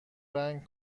رنگ